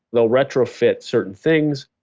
they'll retrofit certain things,